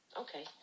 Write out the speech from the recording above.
Okay